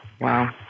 Wow